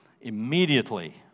Immediately